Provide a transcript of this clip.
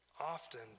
often